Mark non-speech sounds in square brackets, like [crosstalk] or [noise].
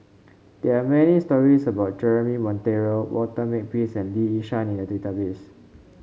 [noise] there are many stories about Jeremy Monteiro Walter Makepeace and Lee Yi Shyan in the database